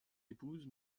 épouse